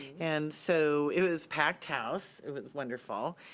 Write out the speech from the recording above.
and so, it was packed house, it was wonderful,